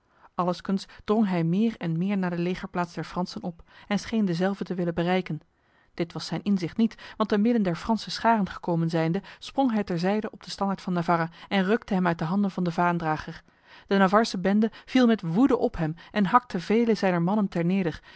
allengskens drong hij meer en meer naar de legerplaats der fransen op en scheen dezelve te willen bereiken dit was zijn inzicht niet want te midden der franse scharen gekomen zijnde sprong hij terzijde op de standaard van navarra en rukte hem uit de handen van de vaandrager de navarse bende viel met woede op hem en hakte vele zijner mannen